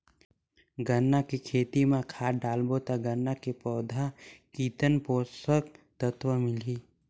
गन्ना के खेती मां खाद डालबो ता गन्ना के पौधा कितन पोषक तत्व मिलही?